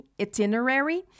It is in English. itinerary